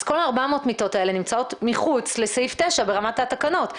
אז כל ה-400 מיטות האלה נמצאות מחוץ לסעיף 9 ברמת התקנות.